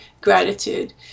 gratitude